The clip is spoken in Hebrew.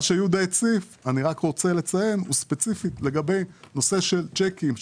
אני רוצה לציין ספציפית לגבי נושא של צ'קים,